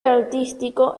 artístico